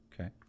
Okay